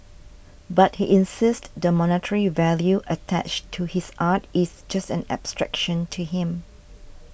but he insists the monetary value attached to his art is just an abstraction to him